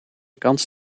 kans